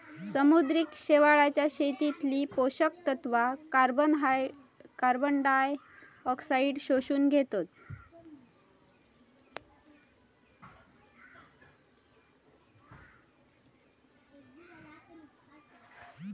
समुद्री शेवाळाच्या शेतीतली पोषक तत्वा कार्बनडायऑक्साईडाक शोषून घेतत